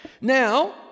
Now